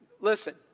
Listen